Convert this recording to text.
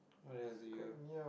what else did you